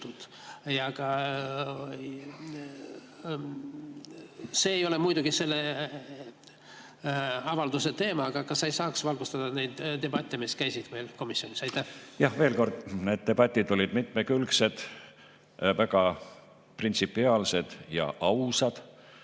See ei ole muidugi selle avalduse teema, aga kas sa ei saaks valgustada neid debatte, mis käisid meil komisjonis? Jah, veel kord: need debatid olid mitmekülgsed, väga printsipiaalsed ja ausad.